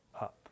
up